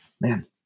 man